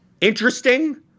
interesting